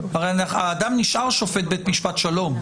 הרי האדם נשאר שופט בית משפט שלום.